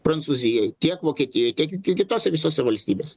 prancūzijoj tiek vokietijoj tiek kitose visose valstybės